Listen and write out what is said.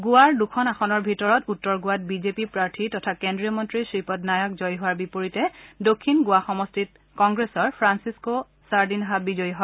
গোৱাৰ দুখন আসনৰ ভিতৰত উত্তৰ গোৱাত বিজেপি প্ৰাৰ্থী তথা কেন্দ্ৰীয় মন্ত্ৰী শ্ৰীপদ নায়ক জয়ী হোৱাৰ বিপৰীতে দক্ষিণ গোৱা সমষ্টিত কংগ্ৰেছৰ ফ্ৰাঞ্চিস্ক ছাৰ্দিনহা বিজয়ী হয়